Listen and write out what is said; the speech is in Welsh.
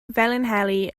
felinheli